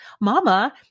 Mama